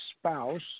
spouse